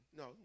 no